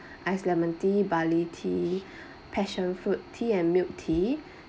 ice lemon tea barley tea passion fruit tea and milk tea